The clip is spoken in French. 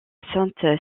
sainte